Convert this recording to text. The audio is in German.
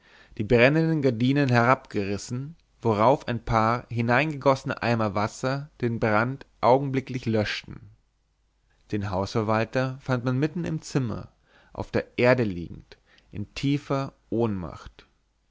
die brennenden gardinen herabgerissen worauf ein paar hineingegossene eimer wasser den brand augenblicklich löschten den hausverwalter fand man mitten im zimmer auf der erde liegend in tiefer ohnmacht